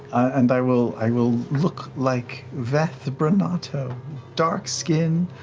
and i will i will look like veth brenatto dark skin,